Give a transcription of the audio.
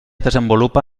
desenvolupa